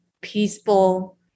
peaceful